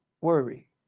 worry